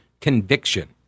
conviction